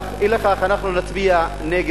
אל-חַ'טִרֻ/ וַקַאתִלֻ אל-גִ'סְם